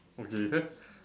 okay